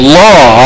law